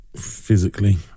physically